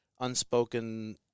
unspoken